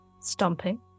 stomping